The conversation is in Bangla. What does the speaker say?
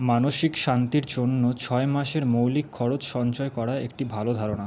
মানসিক শান্তির জন্য ছয় মাসের মৌলিক খরচ সঞ্চয় করা একটি ভালো ধারণা